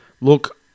Look